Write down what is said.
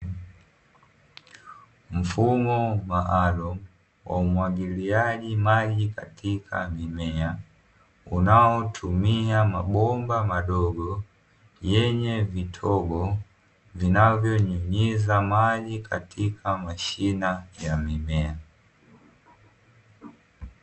Mfumo maalumu wa umwagiliaji maji katika mimea. Unaotumia mabomba madogo yenye vitobo vinavyonyunyiza maji katika mashina ya mimea.